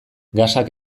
gasak